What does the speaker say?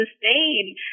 sustain